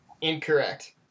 Incorrect